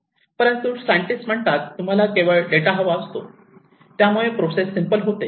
परंतु सायंटिस्ट म्हणतात तुम्हाला केवळ डेटा हवा असतो त्यामुळे प्रोसेस सिम्पल होते